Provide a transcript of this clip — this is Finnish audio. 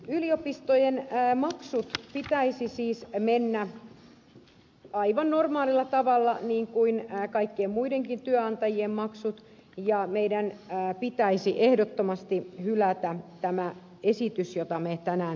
yliopistojen maksujen pitäisi siis mennä aivan normaalilla tavalla niin kuin kaikkien muidenkin työnantajien maksujen ja meidän pitäisi ehdottomasti hylätä tämä esitys jota me tänään täällä käsittelemme